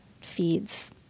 feeds